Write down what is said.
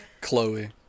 Chloe